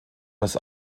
aus